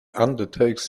undertakes